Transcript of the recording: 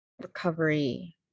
recovery